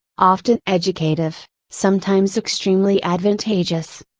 often educative, sometimes extremely advantageous.